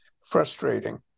frustrating